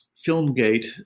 Filmgate